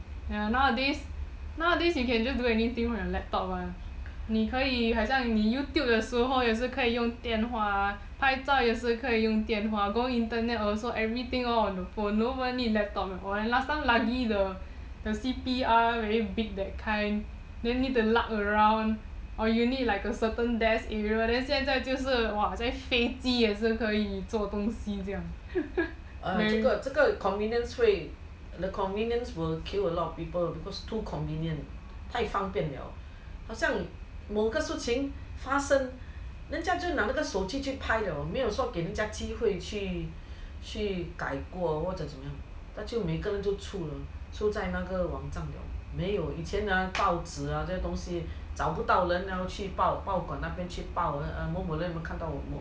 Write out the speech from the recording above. ya nowadays nowadays you can just do anything from your laptop [one] 你可以好像你 youtube 的时候也是可以用电话啊拍照也是可以用电话 go internet also everything all on the phone nobody need laptop one last time lagi the C_P_R very big that kind then need to lug around or you need a certain desk area then 现在就是 !wah! 好像飞机也可以做东西这样